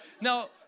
now